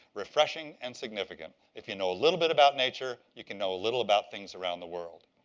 refreshing, and significant. if you know a little bit about nature, you can know little about things around the world.